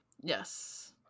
Yes